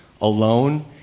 alone